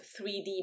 3D